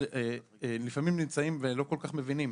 לפעמים נמצאים ולא כל כך מבינים.